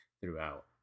throughout